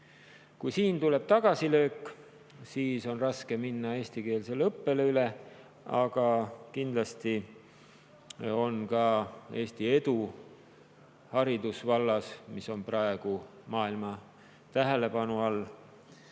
Kui siin tuleb tagasilöök, siis on raske minna eestikeelsele õppele üle. Aga kindlasti on ka Eesti edu haridusvallas, mis on praegu maailmas tähelepanu all,